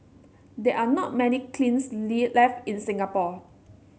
there are not many kilns lee left in Singapore